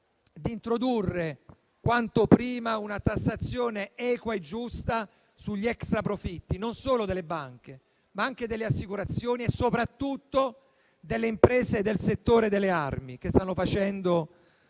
ad introdurre quanto prima una tassazione equa e giusta sugli extraprofitti non solo delle banche, ma anche delle assicurazioni e soprattutto delle imprese del settore delle armi, che stanno facendo